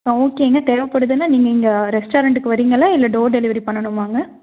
ஆ ஓகேங்க தேவைப்படுதுன்னா நீங்கள் இங்கே ரெஸ்டாரண்டுக்கு வரீங்களா இல்லை டோர் டெலிவரி பண்ணணுமாங்க